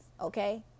Okay